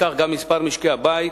וכך גם מספר משקי-הבית.